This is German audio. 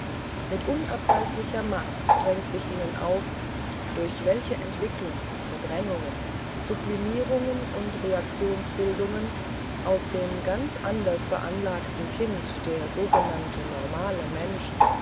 mit unabweislicher macht drängt sich ihnen auf durch welche entwicklungen verdrängungen sublimierungen und reaktionsbildungen aus dem ganz anders beanlagten kind der sogenannt normale mensch